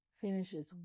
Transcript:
finishes